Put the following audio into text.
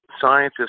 scientists